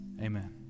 Amen